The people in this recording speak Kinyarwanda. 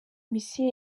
missile